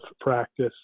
practice